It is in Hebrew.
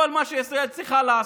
כל מה שישראל צריכה לעשות,